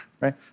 right